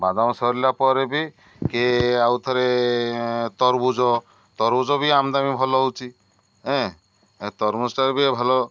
ବାଦାମ ସରିଲା ପରେ ବି କିଏ ଆଉଥରେ ତରଭୁଜ ତରଭୁଜ ବି ଆମଦାନୀ ଭଲ ହେଉଛି ଏଁ ଏ ତରଭୁଜଟାରେ ବି ଭଲ